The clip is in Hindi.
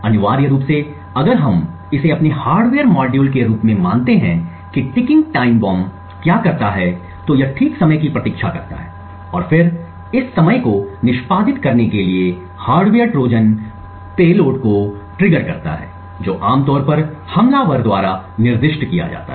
अनिवार्य रूप से अगर हम इसे अपने हार्डवेयर मॉड्यूल के रूप में मानते हैं कि टीकिंग टाइम बम क्या करता है तो यह ठीक समय की प्रतीक्षा करता है और फिर इस समय को निष्पादित करने के लिए हार्डवेयर ट्रोजन पेलोड को ट्रिगर करता है जो आमतौर पर हमलावर द्वारा निर्दिष्ट किया जाता है